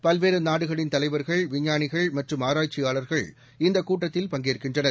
பல்வேறு நாடுகளின் தலைவர்கள் விஞ்ஞானிகள் மற்றும் ஆராய்ச்சியாளர்கள் இந்தக் கூட்டத்தில் பங்கேற்கின்றனர்